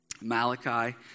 Malachi